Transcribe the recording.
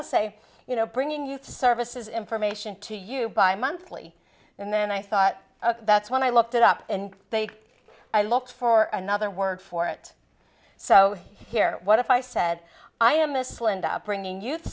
i'll say you know bringing you to services information to you by monthly and then i thought that's when i looked it up and they i look for another word for it so here what if i said i am a slow and upbringing youth